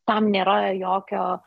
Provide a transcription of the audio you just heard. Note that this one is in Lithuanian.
tam nėra jokio